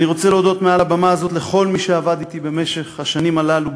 אני רוצה להודות מעל הבמה הזאת לכל מי שעבד אתי במשך השנים הללו,